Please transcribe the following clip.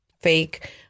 fake